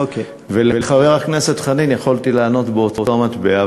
לחבר הכנסת חנין יכולתי לענות באותה מטבע,